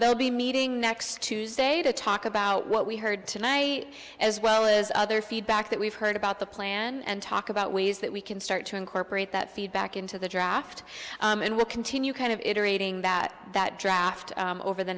they'll be meeting next tuesday to talk about what we heard tonight as well as other feedback that we've heard about the plan and talk about ways that we can start to incorporate that feedback into the draft and we'll continue kind of iterating that that draft over the